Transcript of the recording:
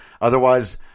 Otherwise